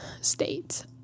states